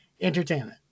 Entertainment